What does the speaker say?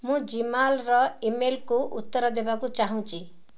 ମୁଁ ଜିମାଲର ଇମେଲ୍କୁ ଉତ୍ତର ଦେବାକୁ ଚାହୁଁଛି